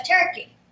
Turkey